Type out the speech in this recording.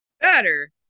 Better